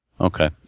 Okay